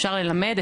אפשר ללמד,